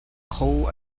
kho